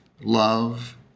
love